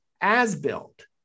as-built